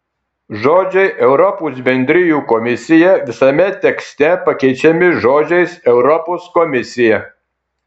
žodžiai europos bendrijų komisija visame tekste pakeičiami žodžiais europos komisija